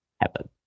happen